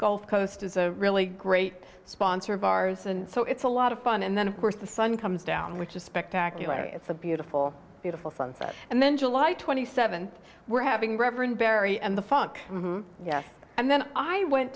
gulf coast is a really great sponsor of ours and so it's a lot of fun and then of course the sun comes down which is spectacular it's a beautiful beautiful sunset and then july twenty seventh we're having reverend barry and the funk and then i went